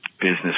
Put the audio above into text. business